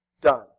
Done